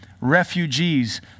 refugees